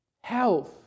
health